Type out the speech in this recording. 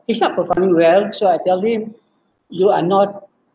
he's not performing well so I tell him you are not